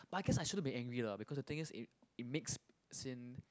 but I guess I shouldn't be angry lah because the thing is i~ it makes as in